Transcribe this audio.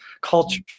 culture